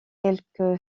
quelque